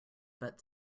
but